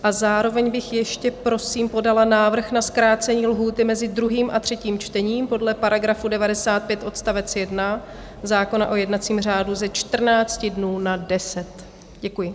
A zároveň bych ještě prosím podala návrh na zkrácení lhůty mezi druhým a třetím čtením podle § 95 odst. 1 zákona o jednacím řádu ze 14 dnů na 10. Děkuji.